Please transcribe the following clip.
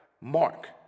Mark